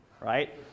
right